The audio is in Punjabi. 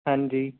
ਹਾਂਜੀ